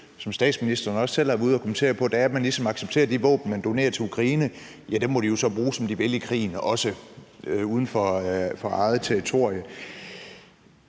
som statsministeren også selv er ude at kommentere på, er, at man ligesom accepterer, at de våben, man donerer til Ukraine, må de bruge, som de vil, i krigen, også uden for eget territorie.